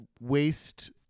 waste